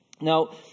Now